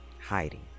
hiding